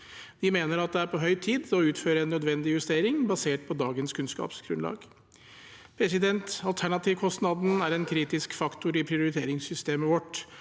Vi mener at det er på høy tid å utføre en nødvendig justering basert på dagens kunnskapsgrunnlag. Alternativkostnaden er en kritisk faktor i prioriteringssystemet vårt